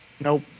Nope